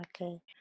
Okay